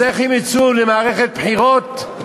אז איך הן יצאו למערכת בחירות?